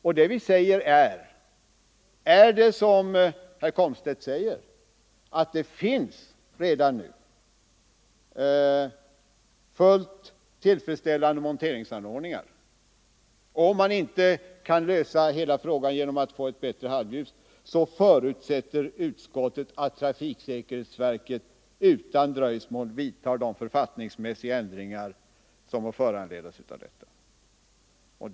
Och vi uttalar alltså att om det är som herr Komstedt säger, att det redan nu finns fullt tillfredsställande monteringsanordningar, och om man inte kan lösa hela frågan genom att få ett bättre halvljus, så förutsätter utskottet att trafiksäkerhetsverket utan dröjsmål vidtar de författningsmässiga ändringar som må föranledas härav.